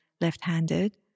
left-handed